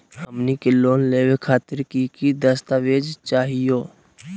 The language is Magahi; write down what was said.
हमनी के लोन लेवे खातीर की की दस्तावेज चाहीयो?